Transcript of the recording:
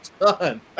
Done